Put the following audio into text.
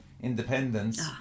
Independence